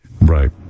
Right